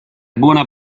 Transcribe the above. buona